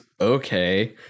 Okay